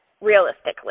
realistically